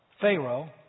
Pharaoh